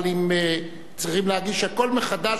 אבל צריכים להגיש הכול מחדש,